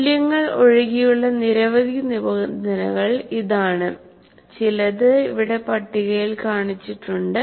മൂല്യങ്ങൾ ഒഴികെയുള്ള നിരവധി നിബന്ധനകൾ ഇതാണ് ചിലത് ഇവിടെ പട്ടികയിൽ കാണിച്ചിട്ടുണ്ട്